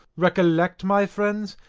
recollect, my friends,